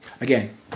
Again